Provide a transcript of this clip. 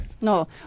No